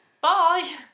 Bye